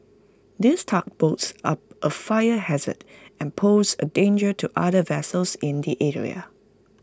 these tugboats are A fire hazard and pose A danger to other vessels in the area